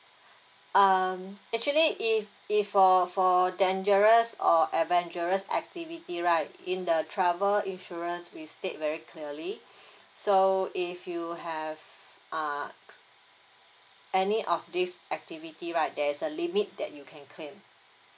um actually if if for for dangerous or adventurous activity right in the travel insurance we state very clearly so if you have uh any of these activity right there's a limit that you can claim